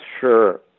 sure